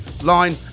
line